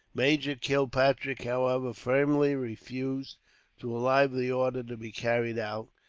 major kilpatrick, however, firmly refused to allow the order to be carried out,